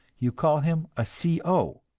you call him a c. o,